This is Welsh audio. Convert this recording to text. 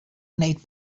wneud